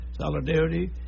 solidarity